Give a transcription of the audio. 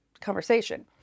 conversation